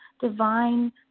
divine